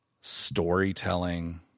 storytelling